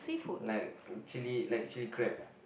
like chilli like chilli crab